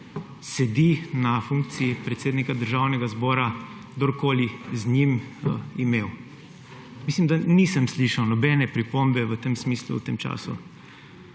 sedi na funkciji predsednika Državnega zbora, kdorkoli z njim imel. Mislim, da nisem slišal nobene pripombe v tem smislu v tem času.